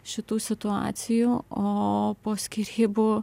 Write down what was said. šitų situacijų o po skyrybų